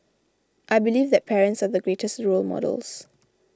I believe that parents are the greatest role models